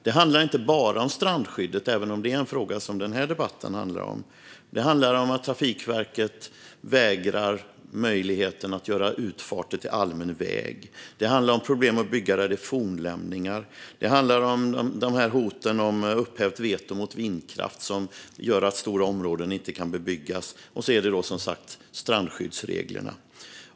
Det handlar inte bara om strandskyddet, även om denna debatt gäller det. Det handlar även om att Trafikverket vägrar möjligheten att göra utfarter till allmän väg, om problem att bygga där det är fornlämningar, om hoten om upphävt veto mot vindkraft som gör att stora områden inte kan bebyggas och, som sagt, strandskyddsreglerna.